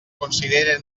considere